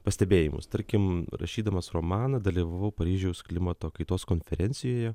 pastebėjimus tarkim rašydamas romaną dalyvavau paryžiaus klimato kaitos konferencijoje